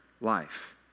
life